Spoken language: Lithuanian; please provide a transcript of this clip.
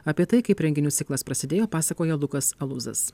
apie tai kaip renginių ciklas prasidėjo pasakoja lukas alūzas